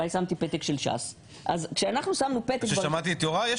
אולי שמתי פתק של ש"ס --- שמעתי את יוראי.